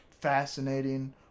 fascinating